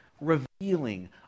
revealing